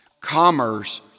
Commerce